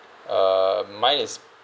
uh mine is